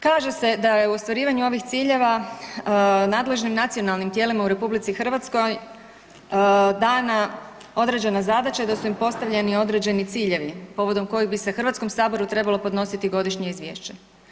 Kaže se da je u ostvarivanju ovih ciljeva nadležnim nacionalnim tijelima u RH dana određena zadaća i da su im postavljeni određeni ciljevi povodom kojih bi se HS trebalo podnositi godišnje izvješće.